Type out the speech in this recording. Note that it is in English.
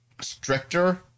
stricter